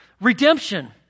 Redemption